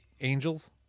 angels